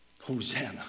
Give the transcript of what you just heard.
Hosanna